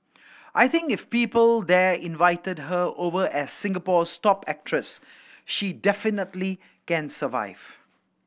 I think if people there invited her over as Singapore's top actress she definitely can survive